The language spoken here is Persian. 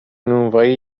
نونوایی